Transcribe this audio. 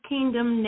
Kingdom